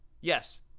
Yes